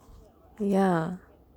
ya